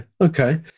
okay